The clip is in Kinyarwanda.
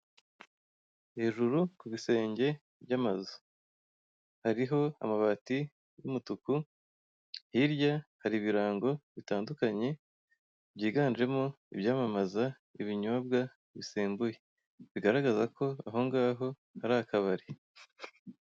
Hejuru ku bisenge by'amazu hariho amabati y'umutuku hirya hari ibirango bitandukanye byiganjemo ibyamamaza ibinyobwa bisembuye bigaragaza ko aho ngaho hari akabari.